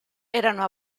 erano